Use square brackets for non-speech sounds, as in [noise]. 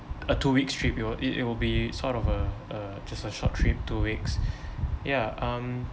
a two weeks trip you know it it will be sort of a a just a short trip two weeks [breath] ya um